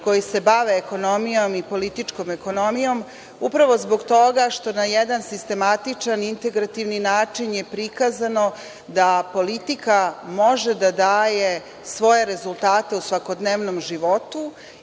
koji se bave ekonomijom i političkom ekonomijom, upravo zbog toga što na jedan sistematičan i integrativni način je prikazano da politika može da daje svoje rezultate u svakodnevnom životu